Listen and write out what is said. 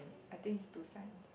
I think is two signs